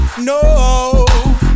No